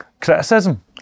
criticism